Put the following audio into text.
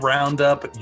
Roundup